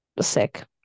sick